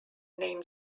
named